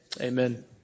amen